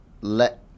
let